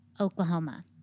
Oklahoma